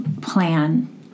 plan